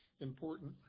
important